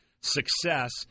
success